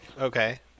Okay